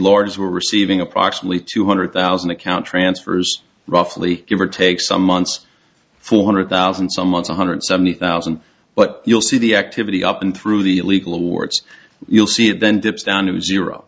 lords were receiving approximately two hundred thousand account transfers roughly give or take some months four hundred thousand some months one hundred seventy thousand but you'll see the activity up and through the legal awards you'll see it then dips down to zero